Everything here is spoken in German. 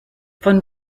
von